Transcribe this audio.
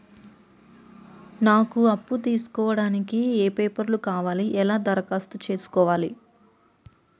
నాకు అప్పు తీసుకోవడానికి ఏ పేపర్లు కావాలి ఎలా దరఖాస్తు చేసుకోవాలి?